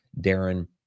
Darren